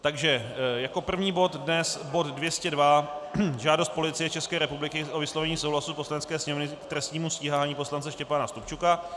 Takže jako první bod dnes bod 202 Žádost Policie České republiky o vyslovení souhlasu Poslanecké sněmovny k trestnímu stíhání poslance Štěpána Stupčuka.